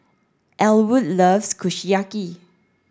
Elwood loves Kushiyaki